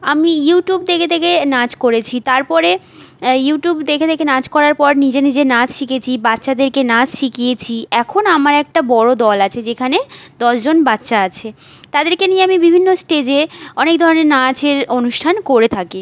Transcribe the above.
আমি ইউটিউব দেখে দেখে নাচ করেছি তার পরে ইউটিউব দেখে দেখে নাচ করার পর নিজে নিজে নাচ শিখেছি বাচ্চাদেরকে নাচ শিখিয়েছি এখন আমার একটা বড় দল আছে যেখানে দশজন বাচ্চা আছে তাদেরকে নিয়ে আমি বিভিন্ন স্টেজে অনেক ধরনের নাচের অনুষ্ঠান করে থাকি